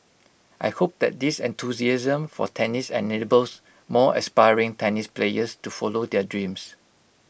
I hope that this enthusiasm for tennis enables more aspiring tennis players to follow their dreams